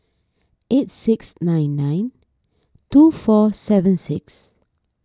eight six nine nine two four seven six